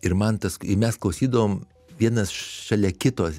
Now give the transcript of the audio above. ir man tas ir mes klausydavom vienas šalia kito